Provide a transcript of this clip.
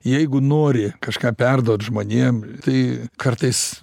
jeigu nori kažką perduot žmonėm tai kartais